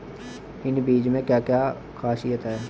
इन बीज में क्या क्या ख़ासियत है?